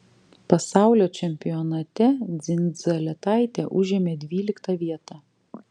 pasaulio čempionate dzindzaletaitė užėmė dvyliktą vietą